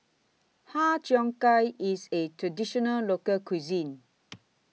Har Cheong Gai IS A Traditional Local Cuisine